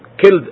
killed